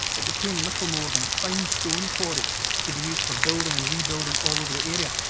it became little more than a fine stone quarry to be used for building and rebuilding all over the area.